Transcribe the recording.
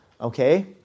Okay